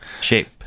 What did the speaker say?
shape